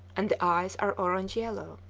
and the eyes are orange yellow.